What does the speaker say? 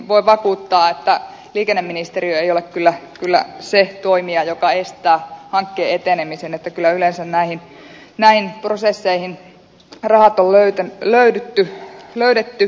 voin vakuuttaa että liikenneministeriö ei ole kyllä se toimija joka estää hankkeen etenemisen että kyllä yleensä näihin prosesseihin rahat on löydetty